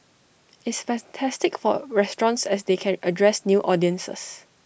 it's fantastic for restaurants as they can address new audiences